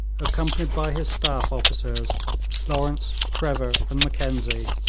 accompanied by his staff-officers, lawrence, trevor and mackenzie,